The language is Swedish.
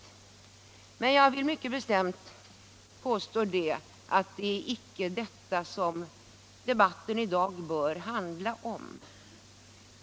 Jag vill dock mycket bestämt påstå att det inte är detta debatten i dag bör handla om.